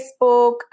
Facebook